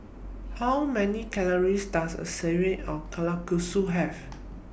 How Many Calories Does A Serving of Kalguksu Have